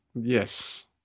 Yes